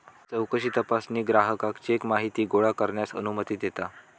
चौकशी तपासणी ग्राहकाक चेक माहिती गोळा करण्यास अनुमती देता